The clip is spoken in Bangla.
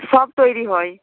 সব তৈরি হয়